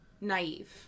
naive